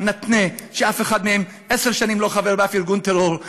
נתנה שאף אחד מהם עשר שנים לא חבר באף ארגון טרור.